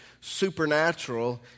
supernatural